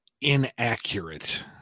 inaccurate